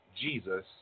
Jesus